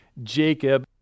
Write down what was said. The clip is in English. Jacob